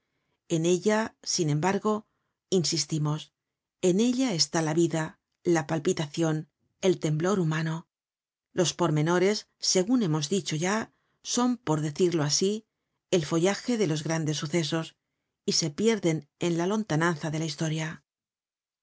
en ella sin embargo insistimos en ella está la vida la palpitacion el temblor humano los pormenores segun hemos dicho ya son por decirlo asi el follaje de los grandes sucesos y se pierden en la lontananza de la historia